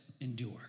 Endure